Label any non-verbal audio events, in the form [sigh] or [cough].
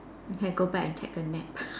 you can go back and take a nap [laughs]